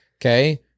okay